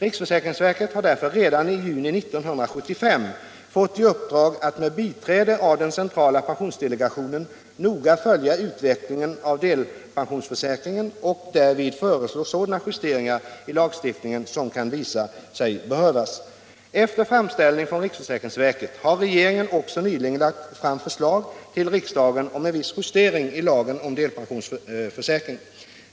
Riksförsäkringsverket har därför redan i juni 1975 fått i uppdrag att med biträde av den centrala pensionsdelegationen noga följa utvecklingen av delpensionsförsäkringen och därvid föreslå sådana justeringar i lagstiftningen som kan visa sig behövas. Efter framställning från riksförsäkringsverket har regeringen också nyligen lagt fram förslag till riksdagen om en viss justering i lagen om delpensionsförsäkring.